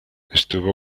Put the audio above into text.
estuvo